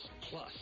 Plus